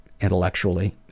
intellectually